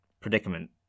predicament